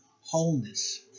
wholeness